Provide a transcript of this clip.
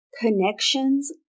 Connections